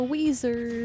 Weezer